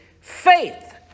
faith